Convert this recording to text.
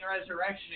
Resurrection